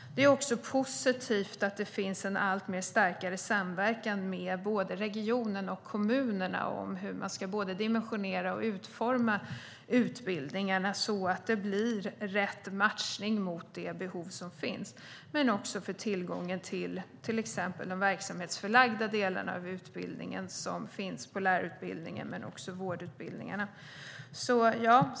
Det är också positivt att det finns en allt starkare samverkan med regionen och kommunerna om hur man ska dimensionera och utforma utbildningarna, så att det blir rätt matchning mot det behov som finns, liksom för tillgången till exempelvis de verksamhetsförlagda delarna av lärarutbildningen och vårdutbildningarna.